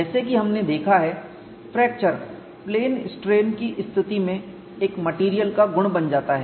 जैसे कि हमने देखा है फ्रैक्चर प्लेन स्ट्रेन की स्थिति में एक मेटेरियल का गुण बन जाता है